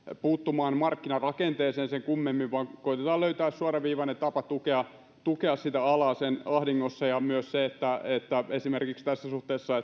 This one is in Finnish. puuttumaan markkinarakenteeseen sen kummemmin vaan koetetaan löytää suoraviivainen tapa tukea tukea sitä alaa sen ahdingossa ja esimerkiksi myös vuokratyö huomioidaan tässä suhteessa ja